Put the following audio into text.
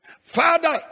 father